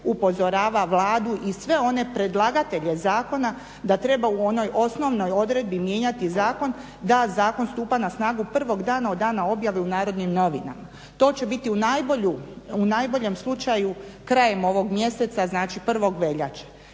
upozorava Vladu i sve one predlagatelje zakona da treba u onoj osnovnoj odredbi mijenjati zakon da zakon stupa na snagu prvog dana od dana objave u Narodnim novinama. To će biti u najboljem slučaju krajem ovog mjeseca, znači 1. veljače.